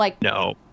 No